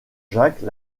jacques